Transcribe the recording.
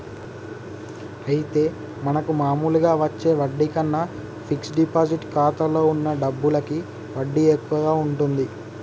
అయితే మనకు మామూలుగా వచ్చే వడ్డీ కన్నా ఫిక్స్ డిపాజిట్ ఖాతాలో ఉన్న డబ్బులకి వడ్డీ ఎక్కువగా ఉంటుంది